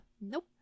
Nope